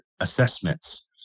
assessments